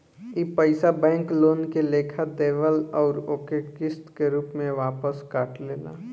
ई पइसा bank loan के लेखा देवेल अउर ओके किस्त के रूप में वापस काट लेला